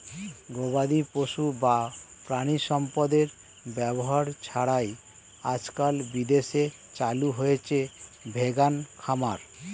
গবাদিপশু বা প্রাণিসম্পদের ব্যবহার ছাড়াই আজকাল বিদেশে চালু হয়েছে ভেগান খামার